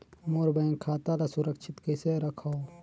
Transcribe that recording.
मोर bank खाता ला सुरक्षित कइसे रखव?